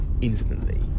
instantly